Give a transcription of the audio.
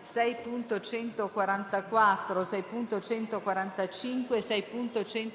6.144, 6.145 e